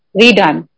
redone